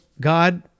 God